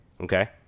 Okay